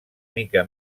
mica